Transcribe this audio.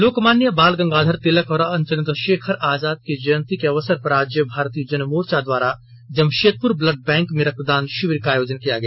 लोकमान्य बाल गंगाधर तिलक और चंद्रशेखर आजाद की जयंती के अवसर पर आज भारतीय जन मोर्चा द्वारा जमशेदपुर ब्लड बैंक में रक्तदान शिविर का आयोजन किया गया